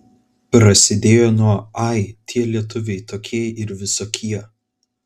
prasidėjo nuo ai tie lietuviai tokie ir visokie